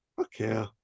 okay